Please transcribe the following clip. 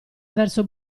verso